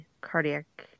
cardiac